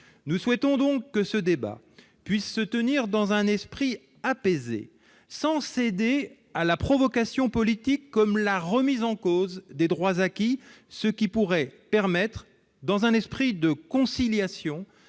Nous souhaitons que ce débat puisse se tenir dans un esprit apaisé, sans céder à la provocation politique, comme la remise en cause des droits acquis, ce qui pourrait permettre, dans un esprit de conciliation,